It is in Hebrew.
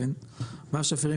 מים שפירים,